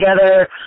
together